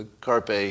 Carpe